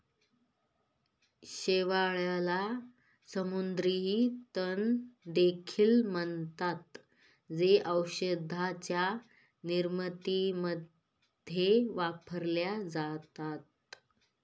शेवाळाला समुद्री तण देखील म्हणतात, जे औषधांच्या निर्मितीमध्ये वापरले जातात